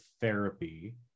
therapy